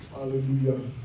Hallelujah